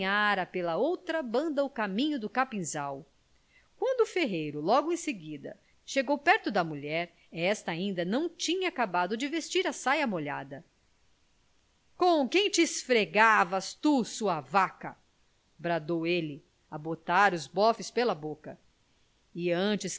ganhara pela outra banda o caminho do capinzal quando o ferreiro logo em seguida chegou perto da mulher esta ainda não tinha acabado de vestir a saia molhada com quem te esfregavas tu sua vaca bradou ele a botar os bofes pela boca e antes